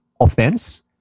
offense